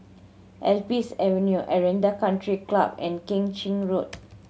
Alps Avenue Aranda Country Club and Keng Chin Road